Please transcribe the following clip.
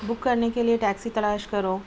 بک کرنے کے لیے ٹیکسی تلاش کرو